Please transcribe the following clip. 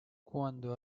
cuando